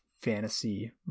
fantasy